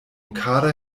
kader